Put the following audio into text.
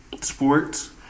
sports